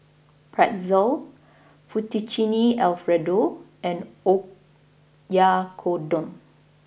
Pretzel Fettuccine Alfredo and Oyakodon